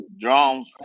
drums